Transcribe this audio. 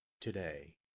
today